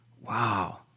Wow